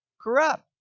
corrupt